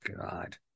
god